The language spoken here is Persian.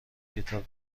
کتاب